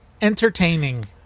entertaining